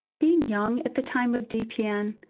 being young at the time of dpn,